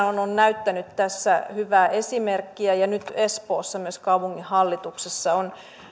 on on näyttänyt tässä hyvää esimerkkiä ja nyt myös espoon kaupunginhallituksessa on